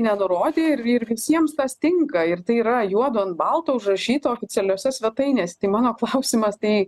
nenurodė ir ir visiems tas tinka ir tai yra juodu ant balto užrašyta oficialiose svetainėse tai mano klausimas tai